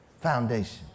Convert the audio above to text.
foundation